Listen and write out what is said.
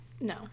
No